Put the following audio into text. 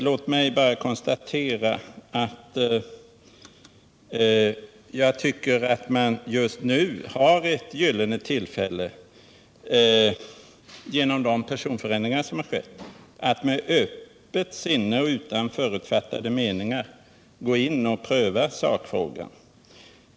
Herr talman! Jag tycker att man just nu har ett gyllene tillfälle, genom de personförändringar som har skett, att med öppet sinne och utan förutfattade meningar gå in och pröva sakfrågan.